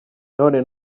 none